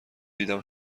دیدم